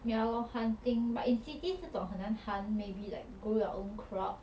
ya lor hunting but in cities 这种很难 hunt maybe like grow your own crops